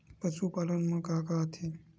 पशुपालन मा का का आथे?